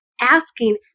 asking